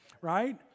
right